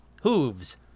Hooves